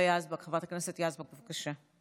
חברת הכנסת היבה יזבק, בבקשה.